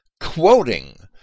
quoting